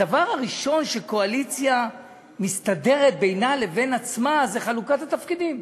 הדבר הראשון שקואליציה מסתדרת בו בינה לבין עצמה זה חלוקת התפקידים.